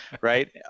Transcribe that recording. right